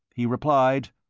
he replied,